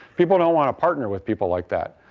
people don't want to partner with people like that.